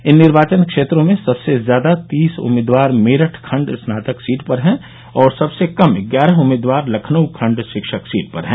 इन निर्वाचन क्षेत्रों में सबसे ज्यादा तीस उम्मीदवार मेरठ खंड स्नातक सीट पर है और सबसे कम ग्यारह उम्मीदवार लखनऊ खंड शिक्षक सीट पर है